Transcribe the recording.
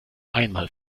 einmal